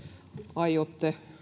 aiotte